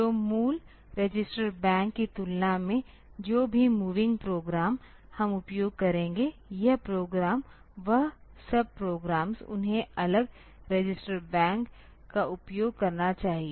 तो मूल register bank की तुलना में जो भी मूविंग प्रोग्राम हम उपयोग करेंगे यह प्रोग्राम वह सब प्रोग्राम्स उन्हें अलग रजिस्टर बैंक का उपयोग करना चाहिए